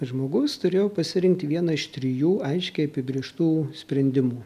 žmogus turėjo pasirinkti vieną iš trijų aiškiai apibrėžtų sprendimų